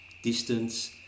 distance